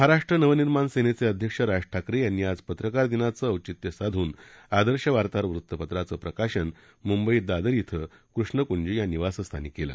महाराष्ट्र नवनिर्माण सेनेचे अध्यक्ष राज ठाकरे यांनी आज पत्रकार दिनाचं औचित्य साधून आदर्श वार्ताहर वृतपत्राचं प्रकाशन मुंबईत दादर इथं कृष्णकंज या निवासस्थानी केलं